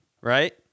right